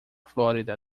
flórida